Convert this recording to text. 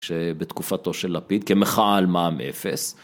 שבתקופתו של לפיד כמחאה על מע"מ אפס.